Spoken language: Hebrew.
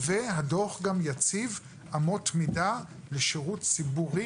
והדוח גם יציב אמות מידה לשירות ציבורי